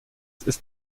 ist